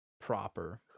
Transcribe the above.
proper